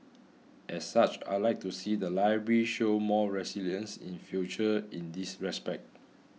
as such I like to see the library show more resilience in future in this respect